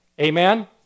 Amen